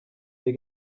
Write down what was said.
des